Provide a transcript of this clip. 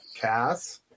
Cass